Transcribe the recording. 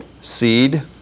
seed